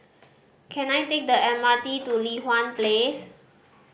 can I take the M R T to Li Hwan Place